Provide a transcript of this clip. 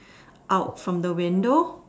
out from the window